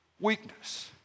weakness